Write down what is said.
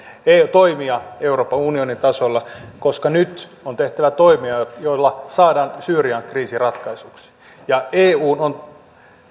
toimija euroopan unionin tasolla koska nyt on tehtävä toimia joilla saadaan syyrian kriisi ratkaistuksi ja eun on